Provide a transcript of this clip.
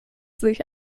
sich